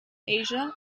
asia